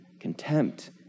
contempt